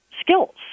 skills